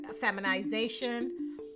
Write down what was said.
feminization